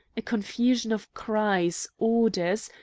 a confusion of cries' orders,